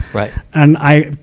right. and i,